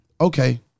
okay